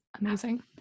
Amazing